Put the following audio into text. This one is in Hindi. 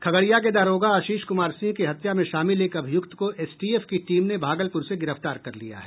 खगड़िया के दारोगा आशीष कुमार सिंह की हत्या में शामिल एक अभियूक्त को एसटीएफ की टीम ने भागलपुर से गिरफ्तार कर लिया है